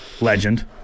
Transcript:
Legend